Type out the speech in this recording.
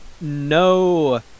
no